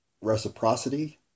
reciprocity